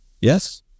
Yes